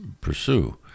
pursue